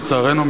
לצערנו,